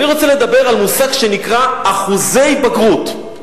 אני רוצה לדבר על מושג שנקרא אחוזי בגרות.